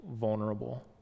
vulnerable